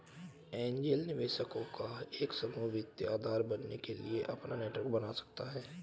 angel निवेशकों का एक समूह वित्तीय आधार बनने के लिए अपना नेटवर्क बना सकता हैं